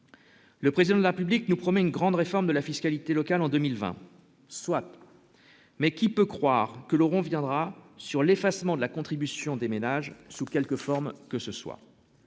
Le président de la public nous promet une grande réforme de la fiscalité locale en 2020. Soit, mais qui peut croire que l'or, on viendra sur l'effacement de la contribution des ménages sous quelque forme que ce soit